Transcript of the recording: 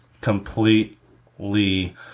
completely